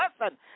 Listen